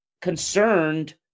concerned